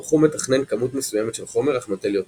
המכור מתכנן כמות מסוימת של חומר אך נוטל יותר.